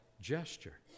gesture